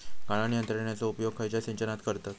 गाळण यंत्रनेचो उपयोग खयच्या सिंचनात करतत?